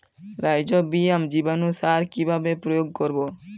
Rhizobium জীবানুসার কিভাবে প্রয়োগ করব?